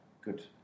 good